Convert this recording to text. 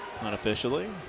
unofficially